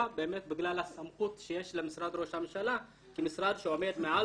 בגלל הסמכות שיש למשרד ראש הממשלה כמשרד שעומד מעל